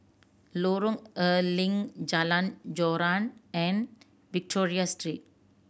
Lorong A Leng Jalan Joran and Victoria Street